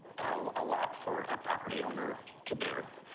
ah a lot for a property owner to bear,